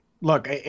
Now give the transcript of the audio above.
Look